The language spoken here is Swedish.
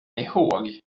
ihåg